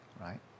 right